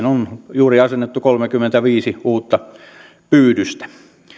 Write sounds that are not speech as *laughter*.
*unintelligible* on juuri asennettu kolmekymmentäviisi uutta pyydystä